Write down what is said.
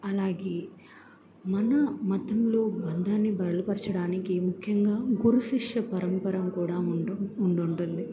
అలాగే మన మతంలో బంధాన్ని బలపరచడానికి ముఖ్యంగా గురుశిష్య పరంపరం కూడా ఉండుంటుంది